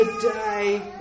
today